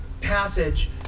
passage